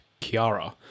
Kiara